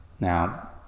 Now